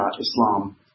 Islam